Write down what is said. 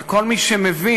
אבל כל מי שמבין,